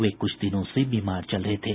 वे कुछ दिनों से बीमार चल रहे थे